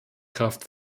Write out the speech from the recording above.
kraft